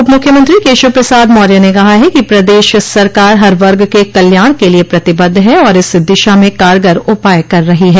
उप मुख्यमंत्री केशव प्रसाद मौर्य ने कहा है कि प्रदेश सरकार हर वर्ग के कल्याण के लिये प्रतिबद्ध है और इस दिशा में कारगर उपाय कर रही है